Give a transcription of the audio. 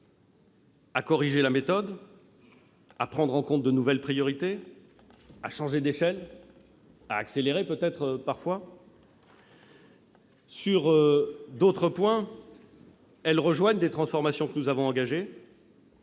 à corriger la méthode, à prendre en compte de nouvelles priorités, à changer d'échelle, peut-être à accélérer parfois- nous devons le reconnaître. Sur d'autres points, elles rejoignent des transformations que nous avons engagées.